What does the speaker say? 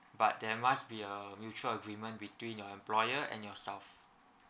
but there must be a mutual agreement between your employer and yourself